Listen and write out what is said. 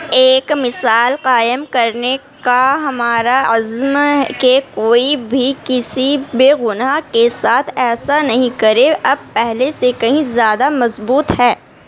ایک مثال قائم کرنے کا ہمارا عزم کہ کوئی بھی کسی بےگناہ کے ساتھ ایسا نہیں کرے اب پہلے سے کہیں زیادہ مضبوط ہے